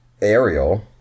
Ariel